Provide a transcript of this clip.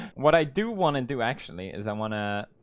what i do want to do actually is i want to